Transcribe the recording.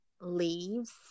leaves